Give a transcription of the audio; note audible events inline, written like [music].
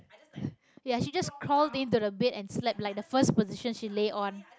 [breath] ya she just crawled into the bed and slept like the first position she lay on